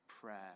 prayer